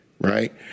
Right